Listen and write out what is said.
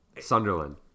Sunderland